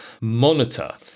Monitor